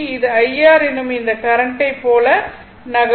இது IR எனும் இந்த கரண்ட்டை போல நகரும்